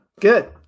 good